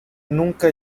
nunca